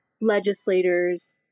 legislators